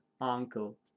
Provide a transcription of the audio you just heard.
uncle